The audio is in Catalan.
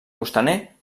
costaner